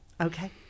Okay